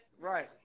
right